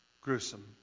gruesome